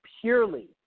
purely